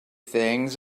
things